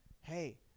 hey